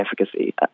efficacy